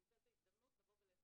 הוא ניצל את ההזדמנות לבוא ולהיחשף